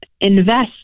invest